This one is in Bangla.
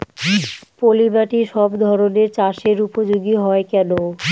পলিমাটি সব ধরনের চাষের উপযোগী হয় কেন?